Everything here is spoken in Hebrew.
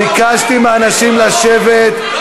ביקשתי מאנשים לשבת.